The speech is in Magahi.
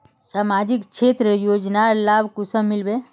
सामाजिक क्षेत्र योजनार लाभ कुंसम मिलबे?